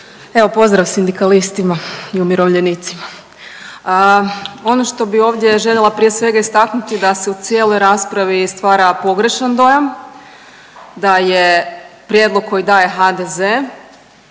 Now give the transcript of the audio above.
Evo pozdrav sindikalistima i umirovljenicima. Ono što bih ovdje željela prije svega istaknuti da se u cijeloj raspravi stvara pogrešan dojam, da je prijedlog koji daje HDZ